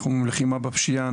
אנחנו בלחימה בפשיעה,